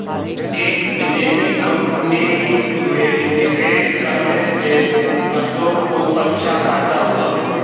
एक विदेशी कंपनी में निवेश करने से अशोक को अच्छा फायदा हुआ